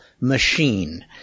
machine